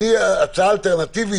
על הצעה אלטרנטיבית,